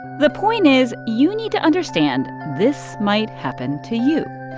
the point is, you need to understand this might happen to you.